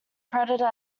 predator